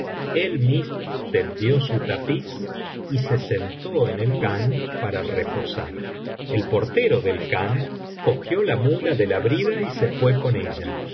él mismo tendió su tapiz y se sentó en el khan para reposar el portero del khan cogió la muía de la brida y se fué con ella